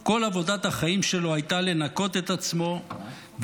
כל עבודת החיים שלו הייתה לנקות את עצמו ולהיות